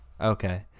Okay